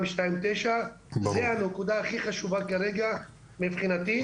2/ 9. זו הנקודה הכי חשובה כרגע מבחינתי,